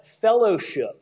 fellowship